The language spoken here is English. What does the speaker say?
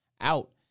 out